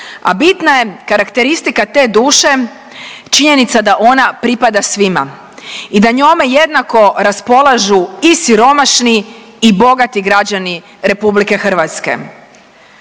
a bitna karakteristika te duše činjenica da ona pripada svima i da njome jednako raspolažu i siromašni i bogati građani RH. Ovaj